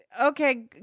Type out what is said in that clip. Okay